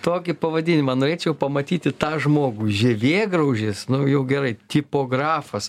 tokį pavadinimą norėčiau pamatyti tą žmogų žievėgraužis nu jau gerai tipografas